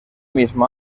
mismo